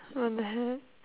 what the hell